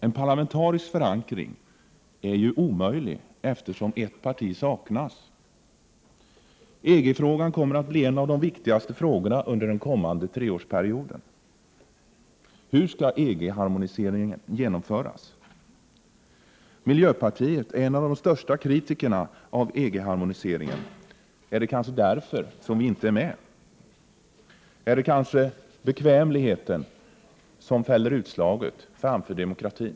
En parlamentarisk förankring är ju omöjlig eftersom ett parti saknas. EG-frågan kommer att bli en av de viktigaste frågorna under den kommande treårsperioden. Hur skall EG-harmoniseringen genomföras? Miljöpartiet är en av de största kritikerna av EG-harmoniseringen. Är det kanske därför som miljöpartiet inte får vara med? Är det kanske bekvämligheten som fäller utslaget i stället för omsorgen om demokratin?